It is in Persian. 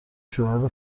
شوهر